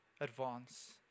advance